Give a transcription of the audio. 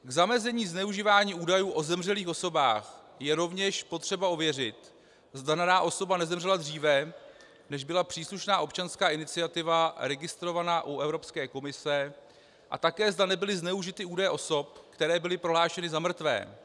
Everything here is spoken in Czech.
K zamezení zneužívání údajů o zemřelých osobách je rovněž potřeba ověřit, zda daná osoba nezemřela dříve, než byla příslušná občanská iniciativa registrovaná u Evropské komise, a také zda nebyly zneužity údaje osob, které byly prohlášeny za mrtvé.